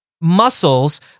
muscles